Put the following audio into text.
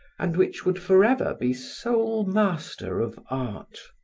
and which would forever be sole master of art.